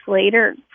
later